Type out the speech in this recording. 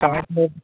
chocolate